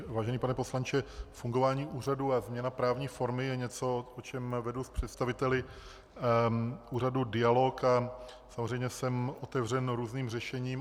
Vážený pane poslanče, fungování úřadu a změna právní formy je něco, o čem vedu s představiteli úřadu dialog a samozřejmě jsem otevřen různým řešením.